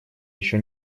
еще